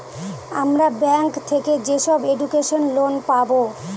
আমরা ব্যাঙ্ক থেকে যেসব এডুকেশন লোন পাবো